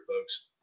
folks